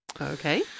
Okay